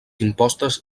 impostes